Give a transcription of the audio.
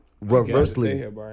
reversely